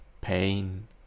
pain